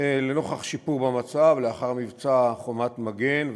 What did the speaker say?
לנוכח שיפור במצב לאחר מבצע "חומת מגן"